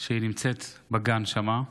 שהיא נמצאת בגן שם.